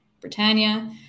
Britannia